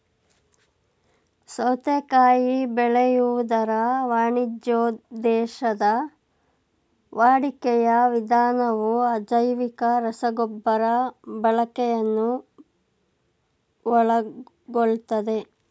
ಸೌತೆಕಾಯಿ ಬೆಳೆಯುವುದರ ವಾಣಿಜ್ಯೋದ್ದೇಶದ ವಾಡಿಕೆಯ ವಿಧಾನವು ಅಜೈವಿಕ ರಸಗೊಬ್ಬರ ಬಳಕೆಯನ್ನು ಒಳಗೊಳ್ತದೆ